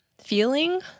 feeling